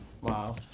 Wow